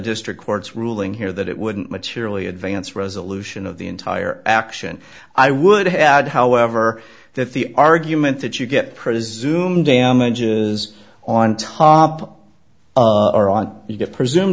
district court's ruling here that it wouldn't materially advance resolution of the entire action i would add however that the argument that you get presume damages on top or on you to presume